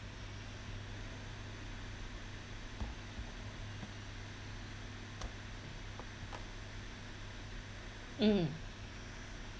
mm